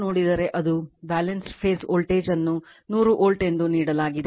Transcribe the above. ನೋಡಿದರೆ ಅದು balance phase voltage ಅನ್ನು ನೂರು ವೋಲ್ಟ್ ಎಂದು ನೀಡಲಾಗಿದೆ